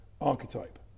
archetype